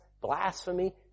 blasphemy